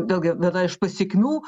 vėlgi viena iš pasekmių